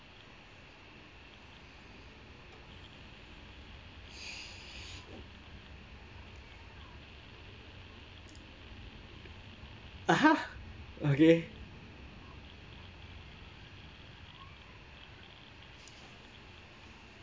(uh huh) okay